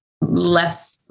less